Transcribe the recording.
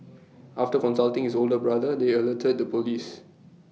after consulting his older brother they alerted the Police